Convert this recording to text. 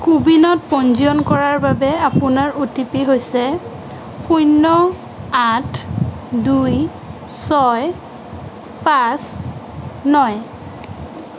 কোৱিনত পঞ্জীয়ন কৰাৰ বাবে আপোনাৰ অ' টি পি হৈছে শূন্য আঠ দুই ছয় পাঁচ ন